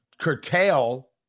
curtail